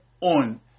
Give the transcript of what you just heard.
on